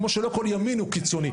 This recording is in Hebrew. כמו שלא כל ימין הוא קיצוני,